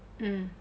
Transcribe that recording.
mm